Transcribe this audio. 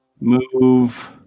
move